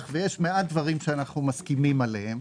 ויש מעט דברים שאנו מסכימים עליהם.